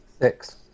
Six